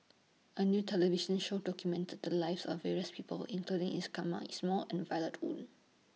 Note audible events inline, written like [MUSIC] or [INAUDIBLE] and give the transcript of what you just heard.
A New television Show documented The Lives of various People including [UNINTELLIGIBLE] Ismail and Violet Oon